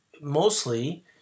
mostly